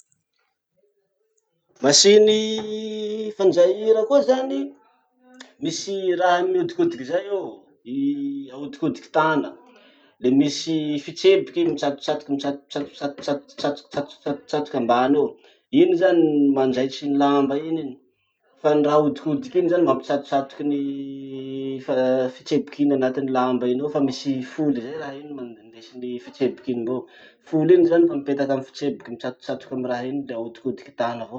Masiny fanjaira koa zany: misy raha mihodikodiky zay eo, i ahodikodiky tana. Le misy fitrebiky mitsatotsatoky mitsa tsa tsa tsato tsatoky ambany eo. Iny zany ny manjaitry ny lamba iny iny. Fa ny raha ahodikodiky iny zany mampitsatotsatoky ny fa fitrebiky iny anatiny lamba iny ao fa misy foly zay raha iny ma- indesin'ny fitrebiky iny mbeo. Foly iny zany fa mipetaky amy fitrebiky mitsatotsatoky amy raha iny, le ahodikodiky tana avao.